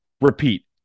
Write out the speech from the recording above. Repeat